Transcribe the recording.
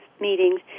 meetings